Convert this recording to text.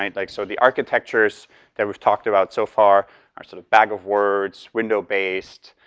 and like so the architectures that we've talked about so far are sort of bag of words, window-based.